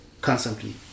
constantly